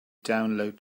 download